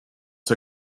der